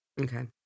Okay